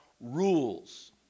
rules